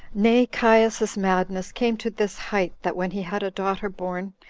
nay, caius's madness came to this height, that when he had a daughter born,